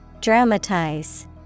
Dramatize